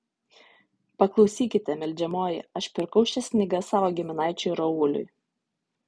paklausykite meldžiamoji aš pirkau šias knygas savo giminaičiui rauliui